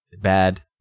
Bad